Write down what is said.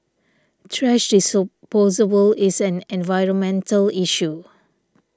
thrash disposable is an environmental issue